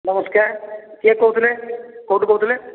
ନମସ୍କାର କିଏ କହୁଥିଲେ କେଉଁଠୁ କହୁଥିଲେ